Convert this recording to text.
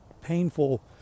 painful